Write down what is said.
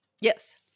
Yes